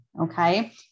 Okay